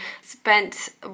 Spent